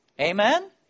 Amen